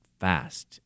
fast